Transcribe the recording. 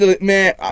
Man